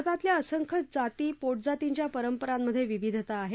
भारतातल्या असंख्य जाती पोटजातींच्या पंरपरांमध्ये विविधता आहे